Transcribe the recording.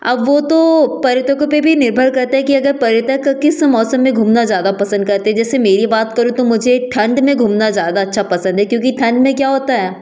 अब वो तो पर्यटकों पे भी निर्भर करता है कि अगर पर्यटक किस मौसम में घूमना ज़्यादा पसंद करते हैं जैसे मेरी बात करो तो मुझे ठंड में घूमना ज़्यादा अच्छा पसंद है क्योंकि ठंड में क्या होता है